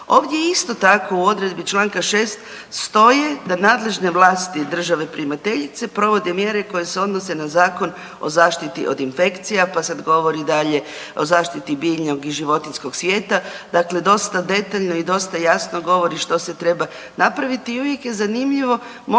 Ovdje je isto tako u odredbi članka 6. stoji da nadležne vlasti države primateljice provode mjere koje se odnose na Zakon o zaštiti od infekcija, pa sad govori dalje o zaštiti biljnog i životinjskog svijeta, dakle, dosta detaljno i dosta jasno govori što se treba napraviti i uvijek je zanimljivo možda